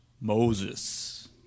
Moses